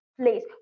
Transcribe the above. place